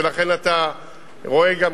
ולכן אתה רואה גם,